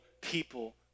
people